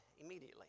immediately